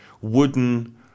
wooden